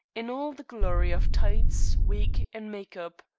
in all the glory of tights, wig, and make-up.